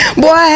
boy